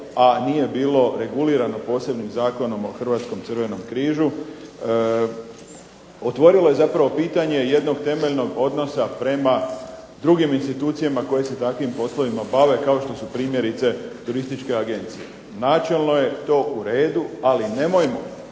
a nije bilo regulirano posebnim Zakonom o Hrvatskom Crvenom križu, otvorilo je zapravo pitanje jednog temeljnog odnosa prema drugim institucijama koje se takvim poslovima bave. Kao što su primjerice turističke agencije. Načelno je to u redu, ali nemojmo